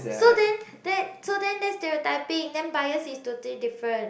so then that so then that's stereotyping then bias is totally different